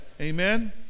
Amen